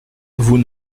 vous